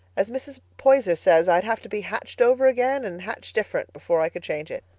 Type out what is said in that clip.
as mrs. poyser says, i'd have to be hatched over again and hatched different before i could change it.